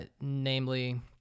namely